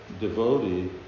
devotee